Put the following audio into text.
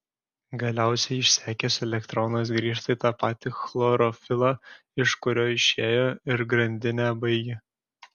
galiausiai išsekęs elektronas grįžta į tą patį chlorofilą iš kurio išėjo ir grandinę baigia